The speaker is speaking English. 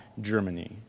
Germany